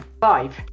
Five